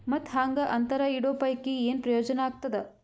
ಮತ್ತ್ ಹಾಂಗಾ ಅಂತರ ಇಡೋ ಪೈಕಿ, ಏನ್ ಪ್ರಯೋಜನ ಆಗ್ತಾದ?